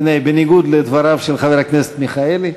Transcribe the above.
הנה, בניגוד לדבריו של חבר הכנסת מיכאלי.